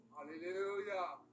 Hallelujah